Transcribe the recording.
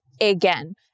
again